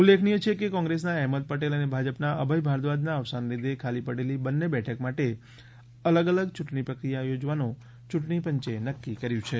ઉલ્લેખનીય છે કે કોંગ્રેસના અહેમદ પટેલ અને ભાજપના અભય ભારદ્વાજના અવસાનને લીધે ખાલી પડેલી બંને બેઠક માટે અલગ અલગ યૂંટણી પ્રક્રિયા યોજવાનું ચૂંટણી પંચે નક્કી કર્યું છે